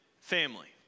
family